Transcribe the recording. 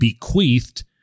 bequeathed